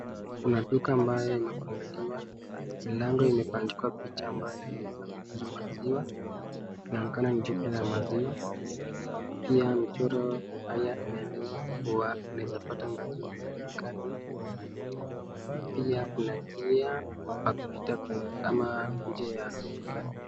Kuna duka ambayo imefunguliwa mlango imeandikwa picha ambayo inaonyesha kuhusu maziwa. Linaonekana ni duka la maziwa katika duka hii pia michoro haya unaeleza kuwa unaezapata maziwa kwenye duka hii. Pia kuna njia ya kupita kwenye duka.